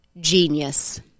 genius